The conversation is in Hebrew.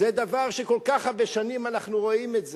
זה דבר שכל כך הרבה שנים אנחנו רואים.